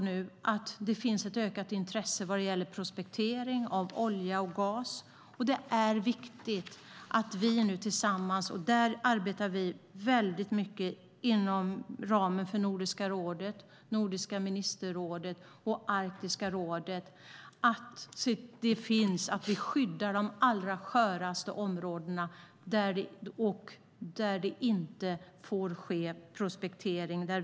Nu finns det ett ökat intresse för prospektering av olja och gas. Det är viktigt att vi tillsammans skyddar de allra sköraste områdena, och där arbetar vi väldigt mycket inom ramen för Nordiska rådet, Nordiska ministerrådet och Arktiska rådet. Där får det inte ske prospektering, och vi ska förhindra utvinning att utvinning sker där.